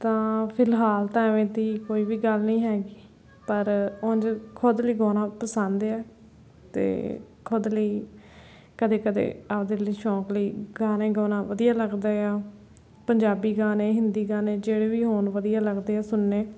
ਤਾਂ ਫਿਲਹਾਲ ਤਾਂ ਇਵੇਂ ਦੀ ਕੋਈ ਵੀ ਗੱਲ ਨਹੀਂ ਹੈਗੀ ਪਰ ਉਂਝ ਖੁਦ ਲਗਾਉਣਾ ਪਸੰਦ ਆ ਅਤੇ ਖੁਦ ਲਈ ਕਦੇ ਕਦੇ ਆਪਣੇ ਲਈ ਸ਼ੌਂਕ ਲਈ ਗਾਣੇ ਗਾਉਣਾ ਵਧੀਆ ਲੱਗਦਾ ਆ ਪੰਜਾਬੀ ਗਾਣੇ ਹਿੰਦੀ ਗਾਣੇ ਜਿਹੜੇ ਵੀ ਹੋਣ ਵਧੀਆ ਲੱਗਦੇ ਆ ਸੁਣਨੇ